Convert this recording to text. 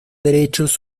derechos